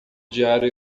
diário